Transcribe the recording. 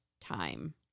time